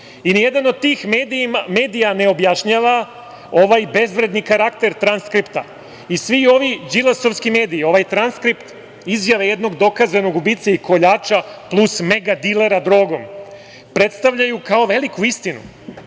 ni jedan od tih medija ne objašnjava ovaj bezvredni karakter traskripta. Svi ovi Đilasovski mediji, ovaj transkript, izjave jednog dokazanog ubice i koljača, plus mega dilera drogom, predstavljaju, kao veliku istinu. Sa